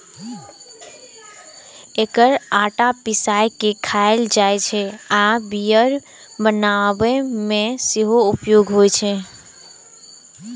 एकर आटा पिसाय के खायल जाइ छै आ बियर बनाबै मे सेहो उपयोग होइ छै